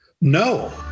No